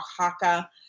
Oaxaca